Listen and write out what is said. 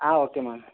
ఆ okay ma'am